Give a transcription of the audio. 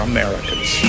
Americans